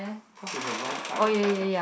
cause is a long flight [what]